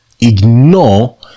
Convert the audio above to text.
ignore